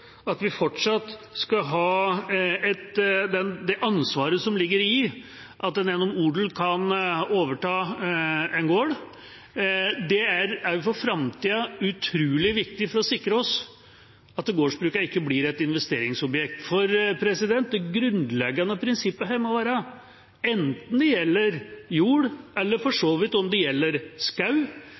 at vi fortsatt skal ha det ansvaret som ligger i at en gjennom odel kan overta en gård, er også for framtida utrolig viktig for å sikre oss at gårdsbrukene ikke blir et investeringsobjekt. Det grunnleggende prinsippet her må være – enten det gjelder jord eller for så vidt